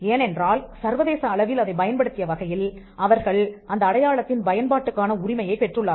ஏனென்றால் சர்வதேச அளவில் அதைப் பயன்படுத்திய வகையில் அவர்கள் அந்த அடையாளத்தின் பயன்பாட்டுக்கான உரிமையைப் பெற்றுள்ளார்கள்